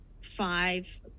five